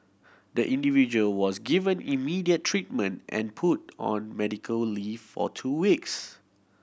the individual was given immediate treatment and put on medical leave or two weeks